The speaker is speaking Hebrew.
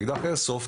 אקדח איירסופט,